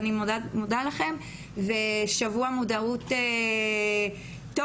אני מודה לכם, ושבוע מודעות טוב.